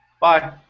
Bye